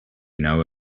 know